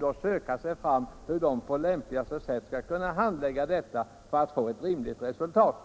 får söka sig fram för att få klarhet i på vilket sätt den skall kunna handlägga ärendet för att få ett rimligt resultat.